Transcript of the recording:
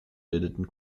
bildeten